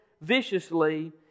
viciously